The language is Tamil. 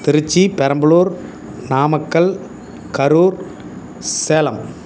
திருச்சி பெரம்பலூர் நாமக்கல் கரூர் ஸ் சேலம்